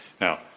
Now